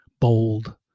bold